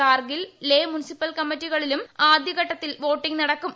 Kargil Leh municipal കമ്മിറ്റികളിലും ആദ്യഘട്ടത്തിൽ voting നടക്കും